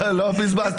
הם לא בחרו את המנהיג.